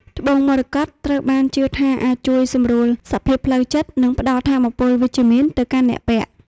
ត្បូងមរកតត្រូវបានជឿថាអាចជួយសម្រួលសភាពផ្លូវចិត្ត និងផ្តល់ថាមពលវិជ្ជមានទៅកាន់អ្នកពាក់។